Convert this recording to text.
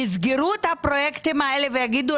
יסגרו את הפרויקטים האלה ויגידו